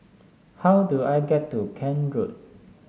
how do I get to Kent Road